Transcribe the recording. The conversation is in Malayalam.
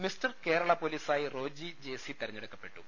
മിസ്റ്റർ കേരള പൊലീസായി റോജി ജഎ സി തെരഞ്ഞെടുക്ക പ്പെട്ടു